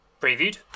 previewed